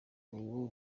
uwo